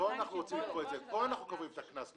כאן אנחנו קובעים את הקנס.